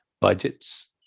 budgets